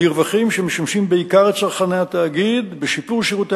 ברווחים שמשמשים בעיקר את צרכני התאגיד בשיפור שירותי